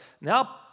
Now